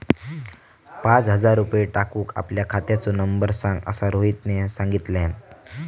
पाच हजार रुपये टाकूक आपल्या खात्याचो नंबर सांग असा रोहितने सांगितल्यान